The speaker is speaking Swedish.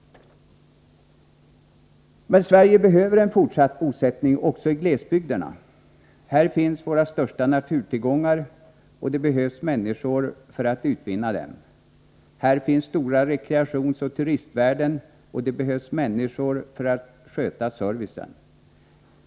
Men Sverige behöver en fortsatt bosättning också i glesbygderna. Här finns våra största naturtillgångar, och det behövs människor för att utvinna dem. Här finns stora rekreationsoch turistvärden, och det behövs människor för att sköta servicen.